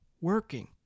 working